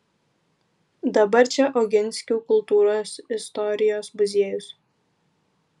dabar čia oginskių kultūros istorijos muziejus